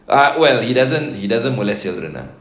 ah well he doesn't he doesn't molest children ah